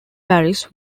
paris